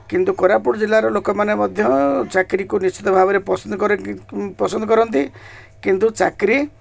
କିନ୍ତୁ କୋରାପୁଟ ଜିଲ୍ଲାର ଲୋକମାନେ ମଧ୍ୟ ଚାକିରିକୁ ନିଶ୍ଚିତ ଭାବରେ ପସନ୍ଦ ପସନ୍ଦ କରନ୍ତି କିନ୍ତୁ ଚାକିରି